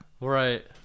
Right